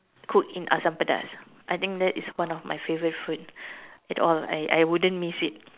cooked in asam pedas I think that is one of my favourite food at all I I wouldn't miss it